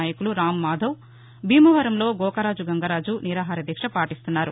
నాయకులు రామ్మాధవ్ భీమవరంలో గోకరాజు గంగరాజు నిరాహారదీక్ష పాటిస్తున్నారు